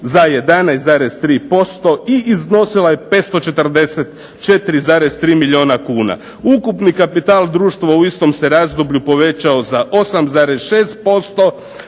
za 11,3% i iznosila je 544,3 milijuna kuna. Ukupni kapital društva u istom se razdoblju povećao za 8,6%,